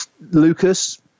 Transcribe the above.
Lucas